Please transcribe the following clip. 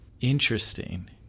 Interesting